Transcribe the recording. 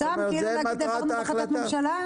זו מטרת ההחלטה?